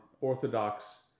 Orthodox